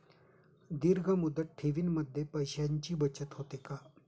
दीर्घ मुदत ठेवीमध्ये पैशांची बचत होते का?